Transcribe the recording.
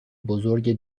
بزرگ